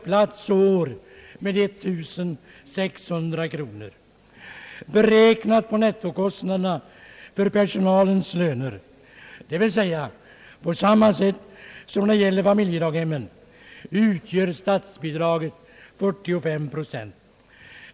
på nettokostnaderna för personalens löner, d.v.s. på samma sätt som när det gäller familjedaghemmen, utgör statsbidraget 45 procent.